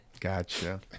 Gotcha